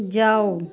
جاؤ